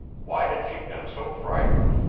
why had she been so frightened?